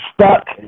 stuck